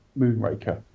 Moonraker